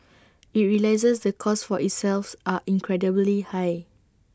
IT realises the costs for itself are incredibly high